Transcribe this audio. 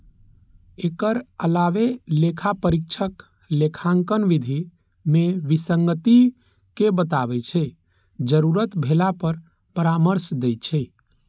एकर अलावे लेखा परीक्षक लेखांकन विधि मे विसंगति कें बताबै छै, जरूरत भेला पर परामर्श दै छै